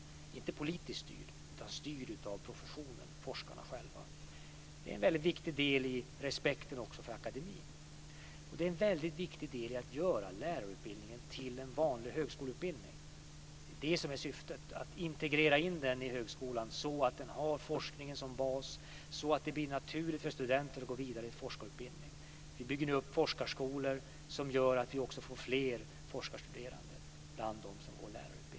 Det styrs inte politiskt, utan det styrs av professionen och forskarna själva. Det är en väldigt viktig del i respekten för akademin, och det är en väldigt viktig del i att göra lärarutbildningen till en vanlig högskoleutbildning. Syftet är att integrera utbildningen i högskolan, så att forskningen blir basen och så att det blir naturligt för studenter att gå vidare till forskarutbildning. Vi bygger upp forskarskolor, som gör att vi får fler forskarstuderande bland dem som går lärarutbildningarna.